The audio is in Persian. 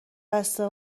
بسته